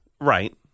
Right